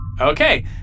Okay